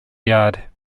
yard